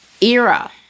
era